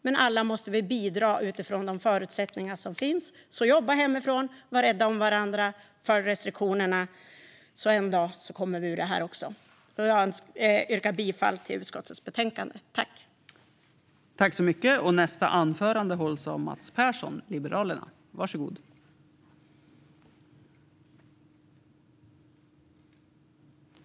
Men alla måste vi bidra utifrån de förutsättningar som finns. Jobba hemifrån! Var rädda om varandra! Följ restriktionerna! En dag kommer vi ur det här. Jag yrkar bifall till förslaget i utskottets betänkande.